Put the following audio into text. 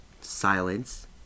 silence